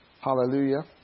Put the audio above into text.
Hallelujah